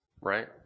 right